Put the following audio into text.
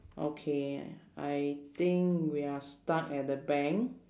okay I think we are stuck at the bank